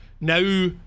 now